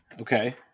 Okay